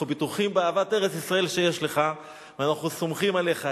אנחנו בטוחים באהבת ארץ-ישראל שלך ואנחנו סומכים עליך.